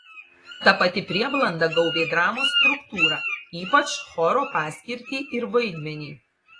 ta pati prieblanda gaubė dramos struktūrą ypač choro paskirtį ir vaidmenį